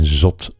zot